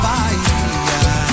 Bahia